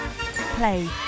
play